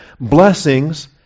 blessings